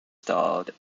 starred